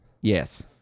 Yes